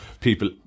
people